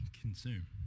consume